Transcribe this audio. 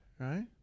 Right